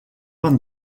van